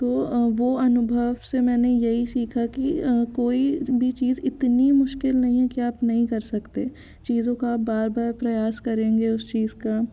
तो वो अनुभव से मैंने यही सीखा कि कोई भी चीज इतनी मुश्किल नहीं है कि आप नहीं कर सकते चीज़ों का बार बार प्रयास करेंगे उस चीज का